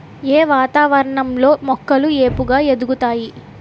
ఏ వాతావరణం లో మొక్కలు ఏపుగ ఎదుగుతాయి?